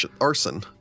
arson